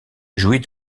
jouit